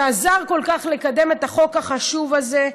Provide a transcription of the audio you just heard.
שעזר כל כך לקדם את החוק החשוב הזה,